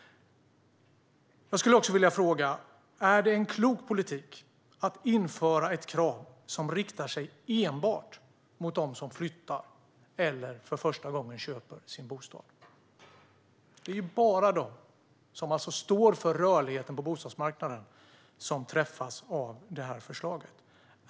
Är det klok politik att införa ett krav som enbart är riktat mot dem som flyttar eller köper bostad för första gången? Det är bara de, som alltså står för rörligheten på bostadsmarknaden, som träffas av förslaget.